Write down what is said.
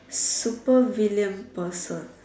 super villain person